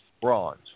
bronze